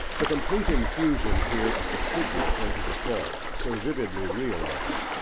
the complete infusion here of the figure into the thought, so vividly realised,